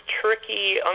tricky